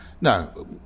No